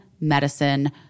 medicine